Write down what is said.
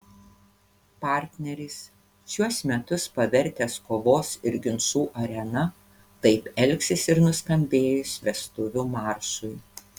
partneris šiuos metus pavertęs kovos ir ginčų arena taip elgsis ir nuskambėjus vestuvių maršui